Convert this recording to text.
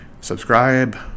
subscribe